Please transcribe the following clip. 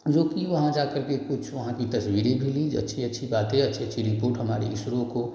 जो कि वहाँ जाकर के कुछ वहाँ की तस्वीरें भेजीं जो अच्छी अच्छी बातें अच्छी अच्छी रिपोर्ट हमारे इसरो को